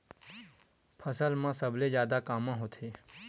फसल मा सबले जादा कामा होथे?